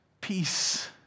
peace